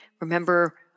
remember